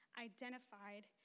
identified